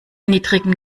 niedrigen